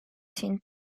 teen